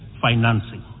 financing